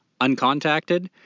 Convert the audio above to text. uncontacted